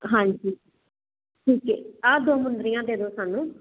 ਹਾਂਜੀ ਠੀਕ ਹ ਆਹ ਦੋ ਮੁੰਦਰੀਆਂ ਦੇ ਦੋ ਸਾਨੂੰ